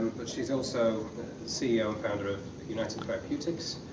but she's also the ceo and founder of united therapeutics,